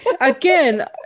Again